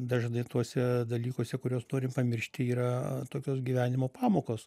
dažnai tuose dalykuose kuriuos norim pamiršti yra tokios gyvenimo pamokos